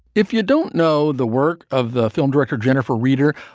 if you don't know the work of the film director, jennifer reider,